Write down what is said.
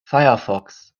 firefox